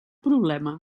problema